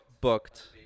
booked